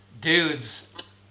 dudes